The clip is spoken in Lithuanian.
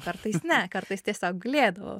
kartais ne kartais tiesiog gulėdavau